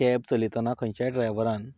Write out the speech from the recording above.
cab चलयतना खंयच्याय ड्रायव्हरान